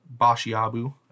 Bashiabu